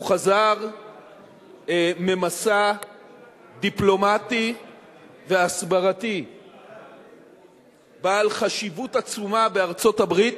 הוא חזר ממסע דיפלומטי והסברתי בעל חשיבות עצומה בארצות-הברית.